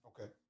Okay